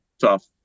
tough